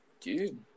Dude